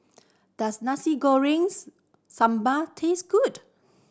does nasi gorengs sambal taste good